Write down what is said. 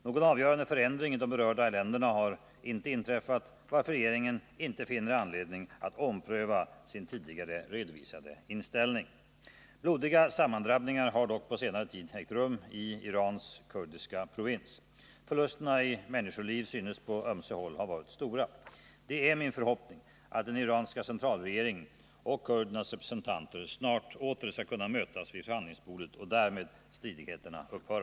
Någon avgörande förändring i de berörda länderna har inte inträffat, varför regeringen inte finner anledning att ompröva sin tidigare redovisade inställning. Blodiga sammandrabbningar har dock på senare tid ägt rum i Irans kurdiska provins. Förlusterna i människoliv synes på ömse håll ha varit stora. Det är min förhoppning att den iranska centralregeringen och kurdernas representanter snart åter skall kunna mötas vid förhandlingsbordet och att därmed stridigheterna upphör.